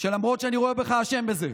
שלמרות שאני רואה בך אשם בזה,